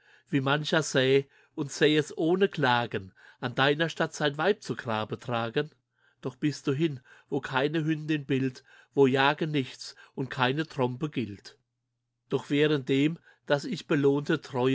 wie mancher säh und säh es ohne klagen an deiner statt sein weib zu grabe tragen doch bist du hie wo keine hündin billt wo degen nichts und keine trompe gilt doch wehrend dem dass ich belohnte